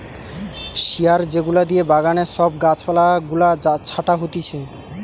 শিয়ার যেগুলা দিয়ে বাগানে সব গাছ পালা গুলা ছাটা হতিছে